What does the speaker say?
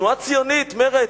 תנועה ציונית, מרצ,